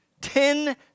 ten